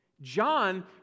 John